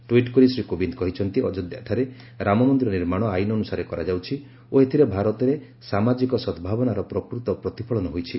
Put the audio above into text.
tweet କରି ଶ୍ରୀ କୋବିନ୍ଦ କହିଛନ୍ତି ଅଯୋଧ୍ୟାଠାରେ ରାମମନ୍ଦିର ନିର୍ମାଣ ଆଇନ ଅନୁସାରେ କରାଯାଉଛି ଓ ଏଥିରେ ଭାରତରେ ସାମାଜିକ ସଦ୍ଭାବନାର ପ୍ରକୃତ ପ୍ରତିଫଳନ ହୋଇଛି